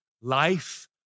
life